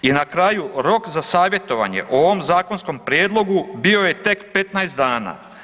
I na kraju rok za savjetovanje o ovom zakonskom prijedlogu bio je tek 15 dana.